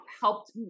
helped